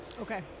Okay